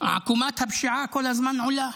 עקומת הפשיעה כל הזמן עולה.